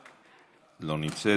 לא נמצאת,